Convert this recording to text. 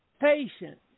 patient